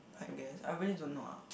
I guess I really don't know ah